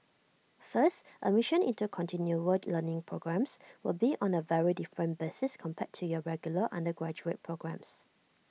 first admission into continual word learning programmes will be on A very different basis compared to your regular undergraduate programmes